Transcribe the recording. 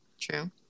True